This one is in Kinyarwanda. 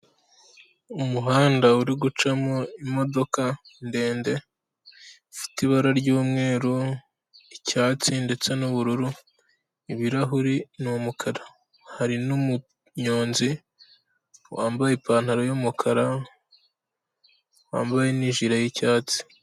Umuhanda uri gucamo imodoka ndende ifite ibara ry'umweru, icyatsi ndetse n'ubururu, ibirahuri ni umukara, hari n'umunyonzi wambaye ipantaro y'umukara, wambaye n'ijire y'icyatsi.